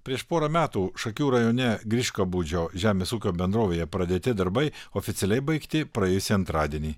prieš porą metų šakių rajone griškabūdžio žemės ūkio bendrovėje pradėti darbai oficialiai baigti praėjusį antradienį